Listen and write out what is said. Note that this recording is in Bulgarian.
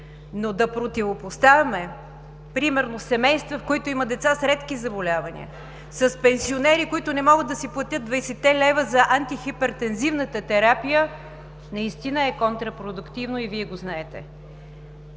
Но да противопоставяме примерно семейства, в които има деца с редки заболявания, с пенсионери, които не могат да си платят 20 лв. за антихипертензивната терапия, наистина е контрапродуктивно и Вие го знаете.